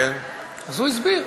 אז הוא הסביר,